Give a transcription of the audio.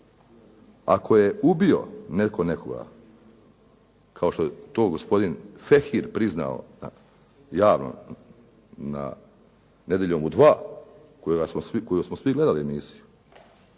Ako je ubio netko nekoga, kao što je to gospodin Fehir priznao javno na "Nedjeljom u 2" koju smo svi gledali emisiju,